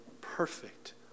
perfect